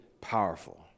powerful